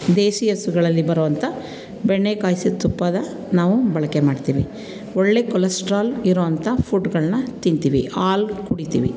ದೇಸಿ ಹಸುಗಳಲ್ಲಿ ಬರುವಂಥ ಬೆಣ್ಣೆ ಕಾಯ್ಸಿದ ತುಪ್ಪನ ನಾವು ಬಳಕೆ ಮಾಡ್ತೀವಿ ಒಳ್ಳೆಯ ಕೊಲೆಸ್ಟ್ರಾಲ್ ಇರುವಂಥ ಫುಡ್ಡುಗಳನ್ನ ತಿಂತೀವಿ ಹಾಲು ಕುಡಿತೀವಿ